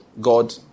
God